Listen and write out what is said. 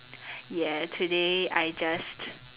ya today I just